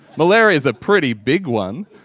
malaria's a pretty big one.